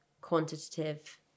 quantitative